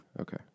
Okay